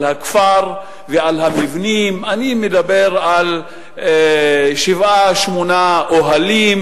הכפר ועל המבנים אני מדבר על שבעה-שמונה אוהלים,